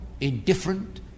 indifferent